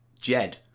Jed